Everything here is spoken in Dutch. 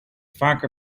vaker